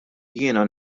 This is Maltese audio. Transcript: jiena